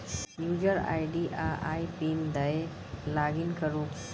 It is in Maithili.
युजर आइ.डी आ आइ पिन दए लागिन करु